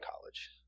college